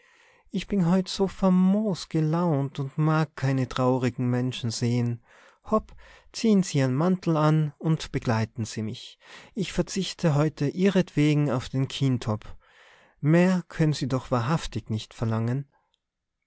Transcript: ich bin heute so famos gelaunt und mag keine traurigen menschen sehen hopp ziehen sie ihren mantel an und begleiten sie mich ich verzichte heute ihretwegen auf den kientopp mehr können sie doch wahrhaftig nicht verlangen